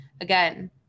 again